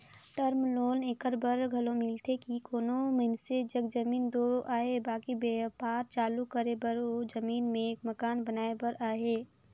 term loan एकर बर घलो मिलथे कि कोनो मइनसे जग जमीन दो अहे बकि बयपार चालू करे बर ओ जमीन में मकान बनाए बर अहे